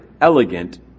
elegant